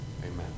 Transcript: amen